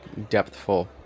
depthful